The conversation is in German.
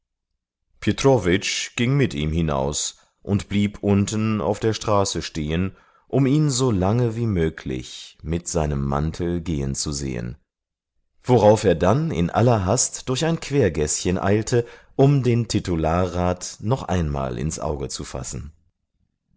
ging mit ihm hinaus und blieb unten auf der straße stehen um ihn so lange wie möglich mit seinem mantel gehen zu sehen worauf er dann in aller hast durch ein quergäßchen eilte um den titularrat noch einmal ins auge zu fassen